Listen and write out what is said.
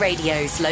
Radio's